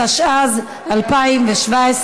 התשע"ז 2017,